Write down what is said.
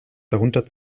darunter